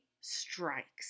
strikes